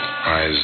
eyes